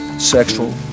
sexual